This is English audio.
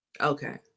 okay